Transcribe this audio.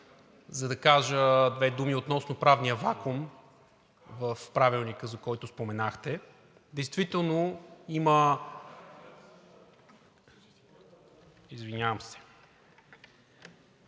за да кажа две думи относно правния вакуум в Правилника, за който споменахте. Действително съгласен